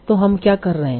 तो हम क्या कर रहे हैं